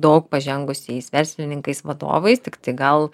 daug pažengusiais verslininkais vadovais tiktai gal